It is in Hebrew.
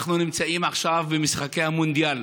אנחנו נמצאים עכשיו במשחקי המונדיאל